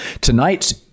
Tonight's